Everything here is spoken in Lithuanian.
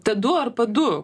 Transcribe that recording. t du ar p du